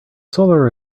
solar